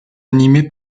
animé